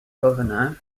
governor